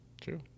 True